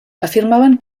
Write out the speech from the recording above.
afirmaven